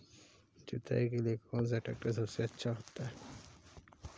जुताई के लिए कौन सा ट्रैक्टर सबसे अच्छा होता है?